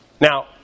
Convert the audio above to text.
Now